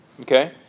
Okay